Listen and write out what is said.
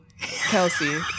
Kelsey